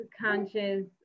conscious